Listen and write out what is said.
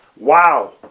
wow